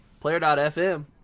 Player.fm